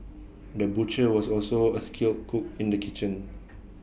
the butcher was also A skilled cook in the kitchen